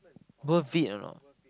worth it or not